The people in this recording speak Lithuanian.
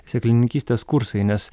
sėklininkystės kursai nes